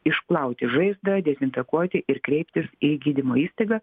išplauti žaizdą dezinfekuoti ir kreiptis į gydymo įstaigą